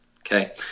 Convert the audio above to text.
okay